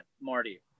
marty